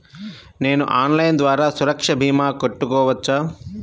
నేను ఆన్లైన్ ద్వారా సురక్ష భీమా కట్టుకోవచ్చా?